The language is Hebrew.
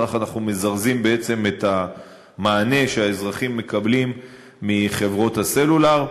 בכך אנחנו מזרזים בעצם את המענה שהאזרחים מקבלים מחברות הסלולר.